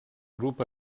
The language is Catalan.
grup